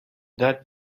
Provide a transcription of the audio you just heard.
that